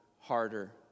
harder